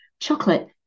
chocolate